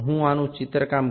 আমি কি এই ছবিটা আঁকতে পারি